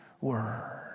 word